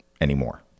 anymore